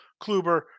Kluber